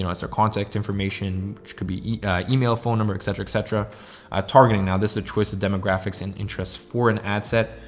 you know it's our contact information, which could be email, phone number, et cetera, et cetera. a targeting. now this is a choice of demographics and interest for an ad set.